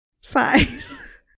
Size